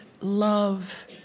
love